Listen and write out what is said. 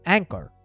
Anchor